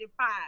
five